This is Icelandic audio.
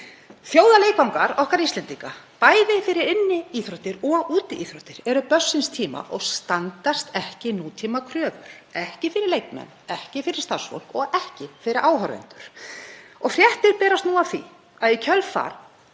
Þjóðarleikvangar okkar Íslendinga, bæði fyrir inniíþróttir og útiíþróttir, eru börn síns tíma og standast ekki nútímakröfur, ekki fyrir leikmenn, ekki fyrir starfsfólk og ekki fyrir áhorfendur. Fréttir berast nú af því að í kjölfar